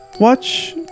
watch